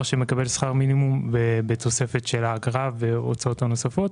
שמקבל שכר מינימום בתוספת של האגרה והוצאות נוספות,